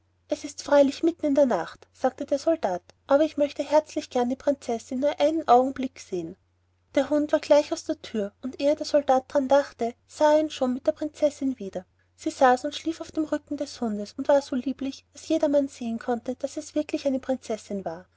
es ist freilich mitten in der nacht sagte der soldat aber ich möchte herzlich gern die prinzessin nur einen augenblick sehen der hund war gleich aus der thür und ehe der soldat daran dachte sah er ihn schon mit der prinzessin wieder sie saß und schlief auf dem rücken des hundes und war so lieblich daß jedermann sehen konnte daß es eine wirkliche prinzessin war